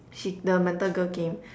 she the mental girl came